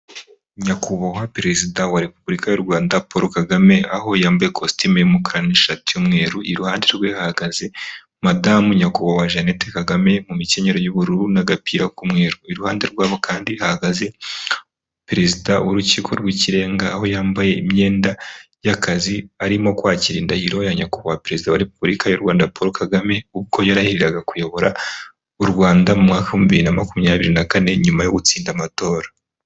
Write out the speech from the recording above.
Nyakubahwa Perezida wa Repubulika y'u Rwanda Paul Kagame, aho yambaye kositime y'umukara n'ishati y'umweru, iruhande rwe hahagaze Madamu, Nyakubahwa Jeannette Kagame mu mikenyero y'ubururu n'agapira k'umweru. Iruhande rwabo kandi hahagaze Perezida w'urukiko rw'ikirenga, aho yambaye imyenda y'akazi arimo kwakira indahiro ya Nyakubahwa Perezida wa Repubulika y'u Rwanda Paul Kagame, ubwo yarahiriraga kuyobora u Rwanda mu mwaka w'ibihumbi bibiri na makumyabiri na kane nyuma yo gutsinda amatora.